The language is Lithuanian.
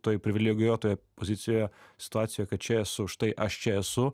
toj privilegijuotoje pozicijoje situacijoj kad čia esu štai aš čia esu